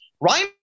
Ryan